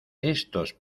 estos